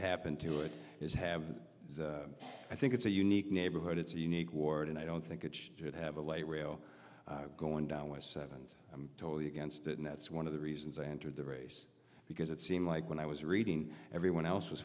happen to it is have i think it's a unique neighborhood it's a unique ward and i don't think it should have a light rail going down i said and i'm totally against it and that's one of the reasons i entered the race because it seemed like when i was reading everyone else was